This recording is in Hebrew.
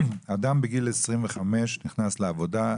אדם בגיל 25 נכנס לעבודה,